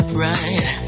right